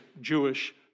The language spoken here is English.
Jewish